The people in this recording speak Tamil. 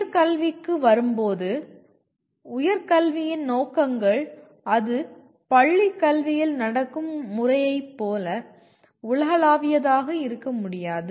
உயர்கல்விக்கு வரும்போது உயர் கல்வியின் நோக்கங்கள் அது பள்ளிக் கல்வியில் நடக்கும் முறையைப் போல உலகளாவியதாக இருக்க முடியாது